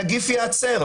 הנגיף ייעצר.